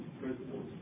principles